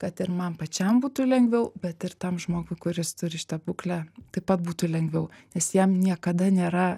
kad ir man pačiam būtų lengviau bet ir tam žmogui kuris turi šitą būklę taip pat būtų lengviau nes jam niekada nėra